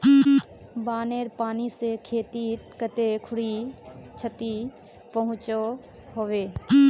बानेर पानी से खेतीत कते खुरी क्षति पहुँचो होबे?